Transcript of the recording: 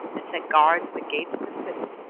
and set guards at the gates of the city,